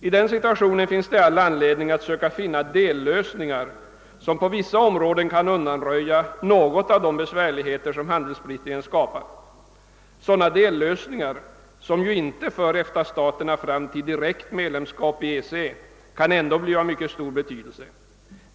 I den situationen finns det all anledning att söka finna dellösningar, som på vissa områden kan undanröja något av de besvärligheter som handelssplittringen skapat. Sådana dellösningar för inte EFTA-staterna fram till direkt medlemskap i EEC men kan ändå bli av mycket stor betydelse.